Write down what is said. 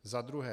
Za druhé.